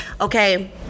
okay